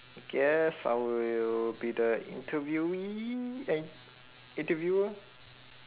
I guess I will be the interviewee eh interviewer